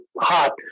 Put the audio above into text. hot